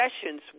sessions